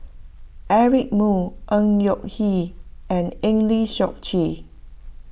Eric Moo Ng Yak and Eng Lee Seok Chee